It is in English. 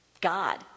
God